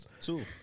Two